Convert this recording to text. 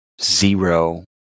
zero